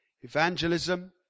evangelism